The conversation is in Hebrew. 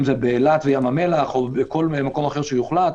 אם זה באילת וים המלח או בכל מקום אחר שיוחלט.